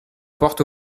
porte